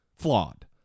flawed